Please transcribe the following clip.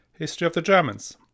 historyofthegermans